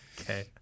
Okay